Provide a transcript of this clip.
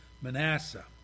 Manasseh